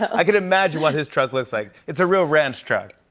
i can imagine what his truck looks like. it's a real ranch truck.